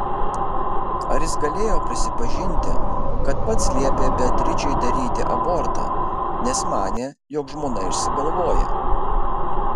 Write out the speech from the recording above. ar jis galėjo prisipažinti kad pats liepė beatričei daryti abortą nes manė jog žmona išsigalvoja